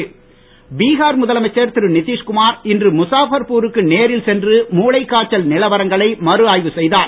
பீகார் பீகார் முதலமைச்சர் திரு நிதிஷ்குமார் இன்று முசாபர்பூருக்கு நேரில் சென்று மூளைக் காய்ச்சல் நிலவரங்களை மறு ஆய்வு செய்தார்